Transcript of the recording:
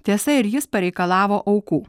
tiesa ir jis pareikalavo aukų